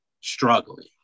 struggling